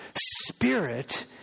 Spirit